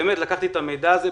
באמת לקחתי את המידע הזה.